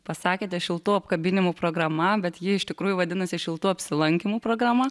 pasakėte šiltų apkabinimų programa bet ji iš tikrųjų vadinasi šiltų apsilankymų programa